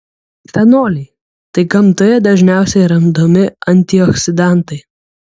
fenoliai tai gamtoje dažniausiai randami antioksidantai